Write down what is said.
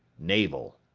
navel.